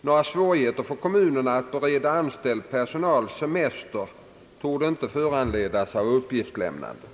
Några svårigheter för kommunerna att bereda anställd personal semester torde inte föranledas av uppgiftslämnandet.